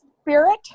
spirit